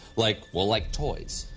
like, well like toys,